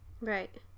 Right